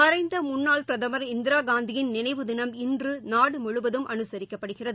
மறைந்த முன்னாள் பிரதம் இந்திராகாந்தியின் நினைவு தினம் இன்று நாடு முழுவதும் அனுசரிக்கப்படுகிறது